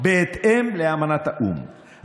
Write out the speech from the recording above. בהתאם לאמנת האו"ם,